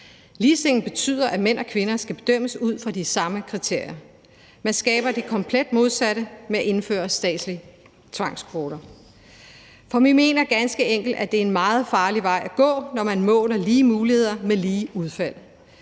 Ligestilling betyder, at mænd og kvinder skal bedømmes ud fra de samme kriterier. Man skaber det komplet modsatte ved at indføre statslige tvangskvoter. For vi mener ganske enkelt, at det er en meget farlig vej at gå, når man måler lige muligheder med lige udfald.